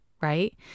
right